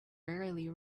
rarely